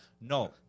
No